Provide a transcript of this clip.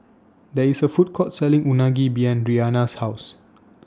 There IS A Food Court Selling Unagi behind Rihanna's House